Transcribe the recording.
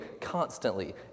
constantly